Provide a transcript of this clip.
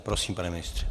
Prosím, pane ministře.